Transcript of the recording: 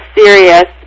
serious